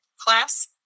class